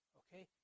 okay